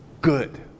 good